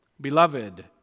Beloved